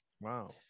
Wow